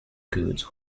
goods